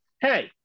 Hey